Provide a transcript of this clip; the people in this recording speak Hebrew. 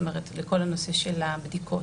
לכל הנושא של הבדיקות.